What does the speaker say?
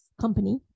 company